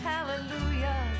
Hallelujah